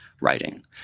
writing